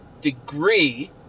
degree